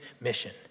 mission